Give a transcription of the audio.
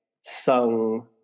sung